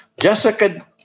jessica